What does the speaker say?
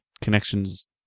connections